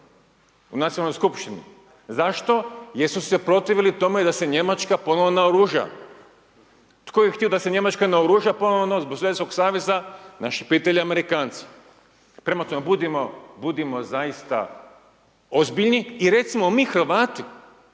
u nacionalnoj skupštini, zašto jer su se protivili tome da se Njemačka ponovo naoruža, tko je htio da se Njemačka naoruža ponovno zbog Sovjetskog Saveza, naši prijatelji Amerikanci. Prema tome, budimo, budimo zaista ozbiljni i recimo mi Hrvati